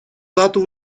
дату